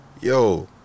yo